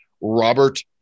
Robert